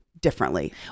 differently